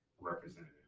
representative